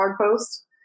post